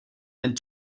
and